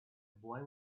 boy